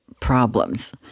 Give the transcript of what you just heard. problems